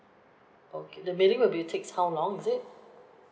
okay the mailing will be takes how long is it